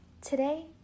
Today